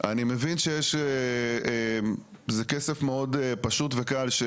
אני לא אומר את זה עוד פעם על מנת להאשים